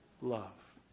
Love